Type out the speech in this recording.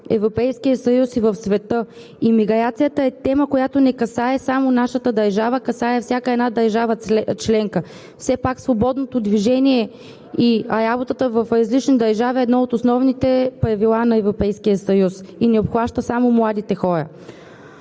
Европейския съюз и в света и миграцията е тема, която не касае само нашата държава, касае всяка държава членка. Все пак свободното движение и работата в различни държави е едно от основните правила на Европейския съюз и не обхваща само младите хора.